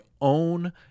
own